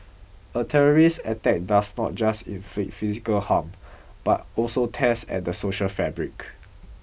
a terrorist attack does not just inflict physical harm but also tears at the social fabric